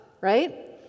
right